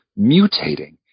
mutating